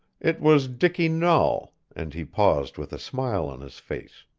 it was dicky nahl, and he paused with a smile on his face.